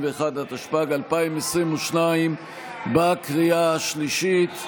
51), התשפ"ג 2022, בקריאה השלישית.